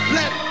let